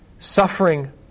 Suffering